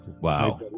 wow